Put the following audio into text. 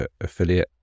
affiliate